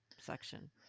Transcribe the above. section